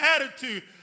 attitude